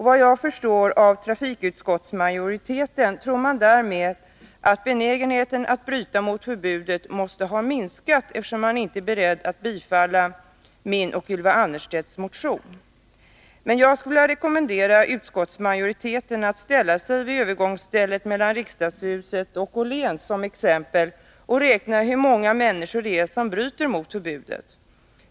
Vad jag förstår av trafikutskottsmajoriteten tror man därmed att benägenheten att bryta mot förbudet måste ha minskat, eftersom man inte är beredd att tillstyrka min och Ylva Annerstedts motion. Men jag skulle vilja rekommendera utskottsmajoriteten att ställa sig vid övergångsstället mellan riksdagshuset och Åhléns som ett exempel och räkna hur många människor det är som bryter mot förbudet.